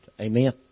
Amen